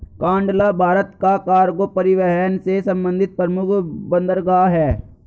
कांडला भारत का कार्गो परिवहन से संबंधित प्रमुख बंदरगाह है